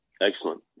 Excellent